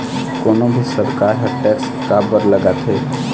कोनो भी सरकार ह टेक्स काबर लगाथे?